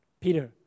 Peter